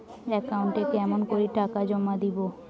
একাউন্টে কেমন করি টাকা জমা দিম?